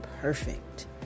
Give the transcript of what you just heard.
perfect